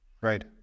Right